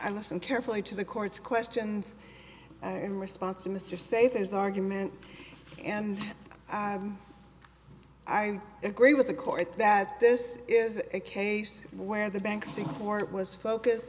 i listened carefully to the court's questions and response to mr safe in his argument and i agree with the court that this is a case where the bankruptcy court was focused